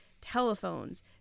telephones